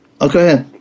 Okay